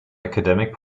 academic